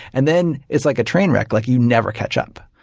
and then it's like a train wreck. like you never catch up.